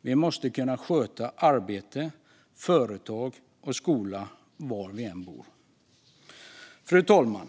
Vi måste kunna sköta arbete, företag och skola var vi än bor. Fru talman!